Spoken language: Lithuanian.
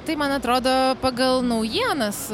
tai man atrodo pagal naujienas